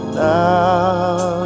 now